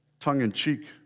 tongue-in-cheek